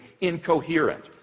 incoherent